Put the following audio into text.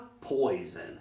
Poison